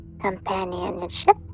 companionship